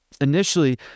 initially